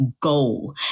goal